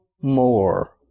more